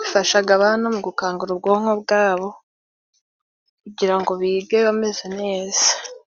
bifashaga abana mu gukangura ubwonko bwabo kugira ngo bige bameze neza.